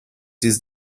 these